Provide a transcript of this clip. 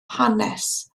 hanes